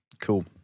Cool